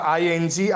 ing